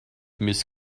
miss